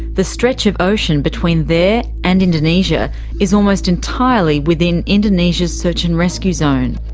the stretch of ocean between there and indonesia is almost entirely within indonesia's search and rescue zone.